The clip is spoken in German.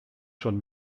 schon